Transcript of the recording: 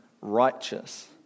righteous